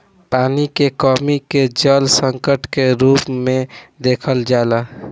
पानी के कमी के जल संकट के रूप में देखल जाला